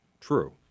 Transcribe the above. true